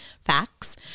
facts